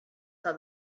saw